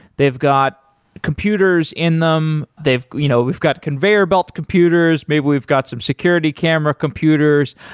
they've got computers in them. they've you know we've got conveyor belt computers, maybe we've got some security camera computers,